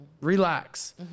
Relax